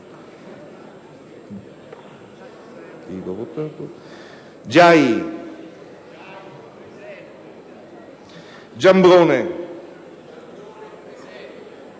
Giai, Giambrone,